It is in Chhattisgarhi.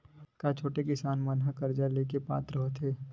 का छोटे किसान मन हा कर्जा ले के पात्र होथे?